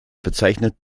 bezeichnet